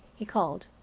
he called,